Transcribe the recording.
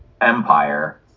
empire